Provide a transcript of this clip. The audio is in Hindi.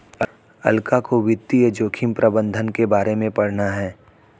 अलका को वित्तीय जोखिम प्रबंधन के बारे में पढ़ना है